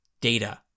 data